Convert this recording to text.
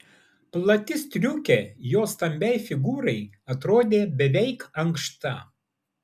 plati striukė jos stambiai figūrai atrodė beveik ankšta